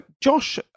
Josh